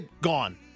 gone